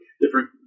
different